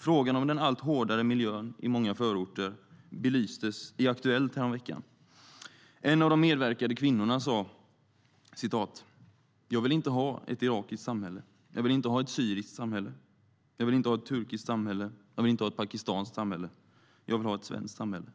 Frågan om den allt hårdare miljön i många förorter belystes i Aktuellt häromveckan. En av de medverkande kvinnorna sa: Jag vill inte ha ett irakiskt samhälle, jag vill inte ha ett syriskt samhälle, jag vill inte ha ett turkiskt samhälle, jag vill inte ha ett pakistanskt samhälle - jag vill ha ett svenskt samhälle.